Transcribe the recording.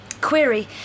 Query